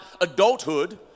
adulthood